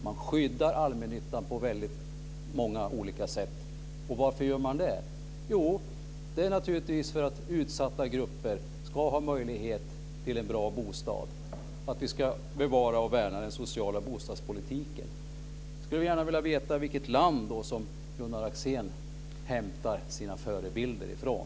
Man skyddar allmännyttan på väldigt många olika sätt. Varför gör man det? Jo, naturligtvis för att utsatta grupper ska ha möjlighet till en bra bostad, för att vi ska bevara och värna den sociala bostadspolitiken. Jag skulle gärna vilja veta vilket land som Gunnar Axén hämtar sina förebilder från.